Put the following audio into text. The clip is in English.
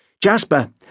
Jasper